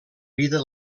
vida